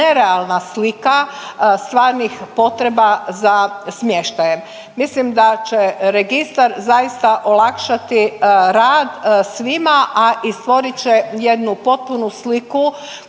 nerealna slika stvarnih potreba za smještajem. Mislim da će registar zaista olakšati rad svima, a i stvorit će jednu potpunu sliku